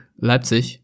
Leipzig